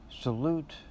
Salute